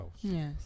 Yes